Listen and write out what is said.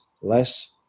less